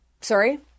Sorry